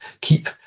keep